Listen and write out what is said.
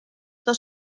dos